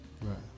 Right